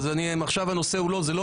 אבל עכשיו הנושא הזה הוא לא הנושא.